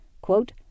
Quote